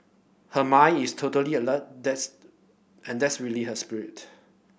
her mind is totally alert that and that's really her spirit